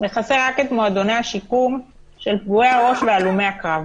מכסה רק את מועדוני השיקום של פגועי הראש והלומי הקרב,